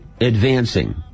advancing